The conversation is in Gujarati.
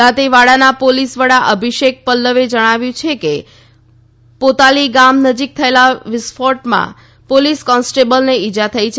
દાંતેવાડાના પોલીસ વડા અભિષેક પલ્લવે જણાવ્યું છે કે પોતાલી ગામ નજીક થયેલા વિસ્ફોટમાં પોલીસ કોન્સ્ટેબલને ઇજા થઇ છે